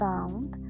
Sound